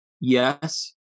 Yes